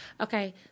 Okay